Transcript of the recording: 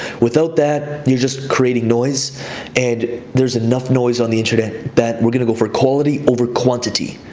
without that, you're just creating noise and there's enough noise on the internet that we're gonna go for quality over quantity.